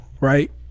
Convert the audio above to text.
right